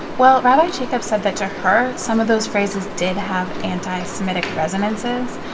well, rabbi jacobs said that to her, some of those phrases did have anti-semitic resonances.